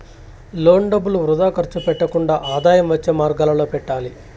loan డబ్బులు వృథా ఖర్చు పెట్టకుండా ఆదాయం వచ్చే మార్గాలలో పెట్టాలి